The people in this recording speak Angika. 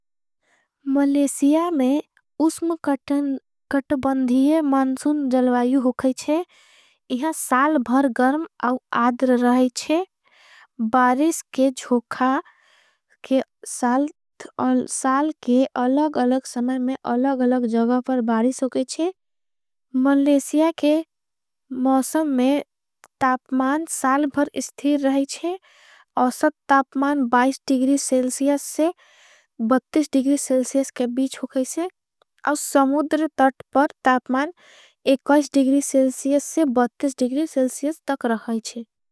मलेसिया में उस्म कटबंधिये मांसुन जलवायू होकाईछे। इहां साल भर गर्म आद्र रहाईछे बारिस के जोखा के। साल के अलग अलग समय में अलग अलग जगा पर। बारिस होकाईछे मलेसिया के मौसम में तापमान साल। भर इस्ठीर रहाईछे असत तापमान दिग्री सेल्सियस से। दिग्री सेल्सियस के बीच होकाईछे और समुद्र तट पर। तापमान दिग्री सेल्सियस से दिग्री सेल्सियस तक रहाईछे।